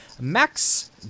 Max